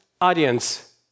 audience